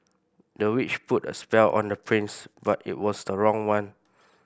the witch put a spell on the prince but it was the wrong one